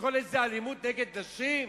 לקרוא לזה אלימות נגד נשים?